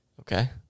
Okay